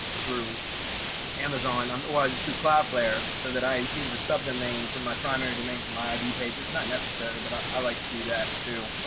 through amazon um like through cloudflare. so that i use a subdomain for my primary domain for my id page. it's not necessary, but i like to do that too.